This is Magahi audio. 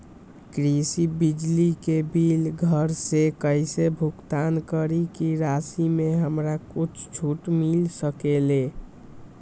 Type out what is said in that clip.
कृषि बिजली के बिल घर से कईसे भुगतान करी की राशि मे हमरा कुछ छूट मिल सकेले?